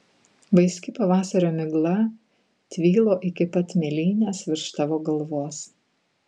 vaiski pavasario migla tvylo iki pat mėlynės virš tavo galvos